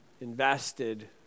invested